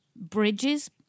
bridges